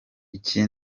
iyi